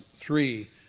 three